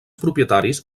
propietaris